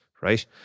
right